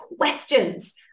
questions